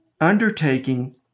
undertaking